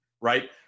right